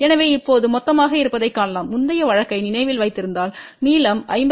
எனவே இப்போது மொத்தமாக இருப்பதைக் காணலாம் முந்தைய வழக்கை நினைவில் வைத்திருந்தால் நீளம் 57